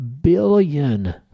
billion